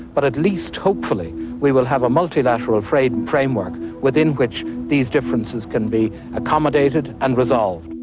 but at least hopefully we will have a multilateral framework framework within which these differences can be accommodated and resolved.